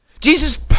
Jesus